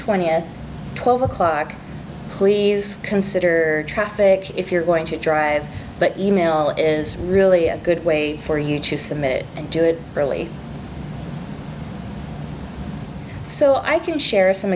twentieth twelve o'clock please consider traffic if you're going to drive but email is really a good way for you to submit and do it early so i can share some